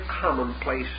commonplace